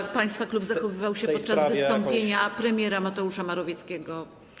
jak państwa klub zachowywał się podczas wystąpienia premiera Mateusza Morawieckiego.